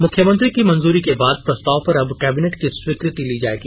मुख्यमंत्री की मंजूरी के बाद प्रस्ताव पर अब कैबिनेट की स्वीकृति ली जायेगी